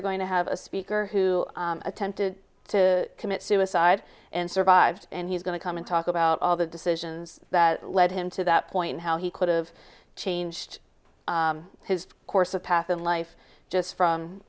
are going to have a speaker who attempted to commit suicide and survived and he's going to come and talk about all the decisions that led him to that point how he could've changed his course of path in life just from